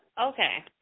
Okay